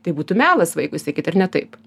tai būtų melas vaikui sakyt ar ne taip